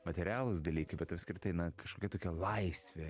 materialūs dalykai bet apskritai na kažkokia tokia laisvė